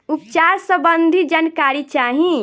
उपचार सबंधी जानकारी चाही?